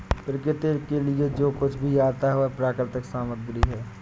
प्रकृति के लिए जो कुछ भी आता है वह प्राकृतिक सामग्री है